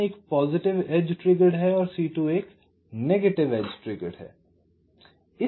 C1 एक positive edge triggered है C2 एक नेगेटिव एज ट्रिगर्ड है